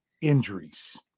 injuries